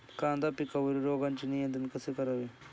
कांदा पिकावरील रोगांचे नियंत्रण कसे करावे?